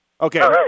Okay